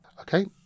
Okay